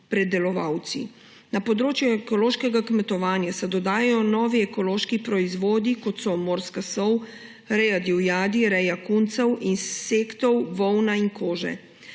predelovalci. Na področju ekološkega kmetovanja se dodajajo novi ekološki proizvodi, kot so morska sol, reja divjadi, reja kuncev, insektov, volna in koža.